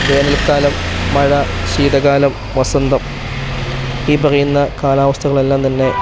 വേനൽക്കാലം മഴ ശീതകാലം വസന്തം ഈ പറയുന്ന കാലാവസ്ഥകൾ എല്ലാം തന്നെ